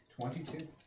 Twenty-two